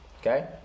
Okay